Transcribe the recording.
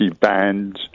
bands